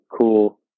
cool